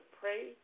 pray